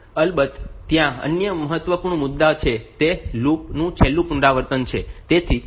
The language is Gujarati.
અલબત્ત ત્યાં અન્ય મહત્વપૂર્ણ મુદ્દો છે તે લૂપ નું છેલ્લું પુનરાવર્તન છે